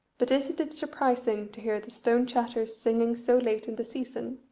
but isn't it surprising to hear the stone-chatters singing so late in the season?